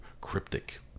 cryptic